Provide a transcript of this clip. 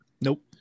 Nope